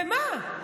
במה?